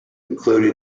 included